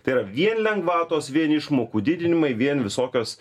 tai yra vien lengvatos vien išmokų didinimai vien visokios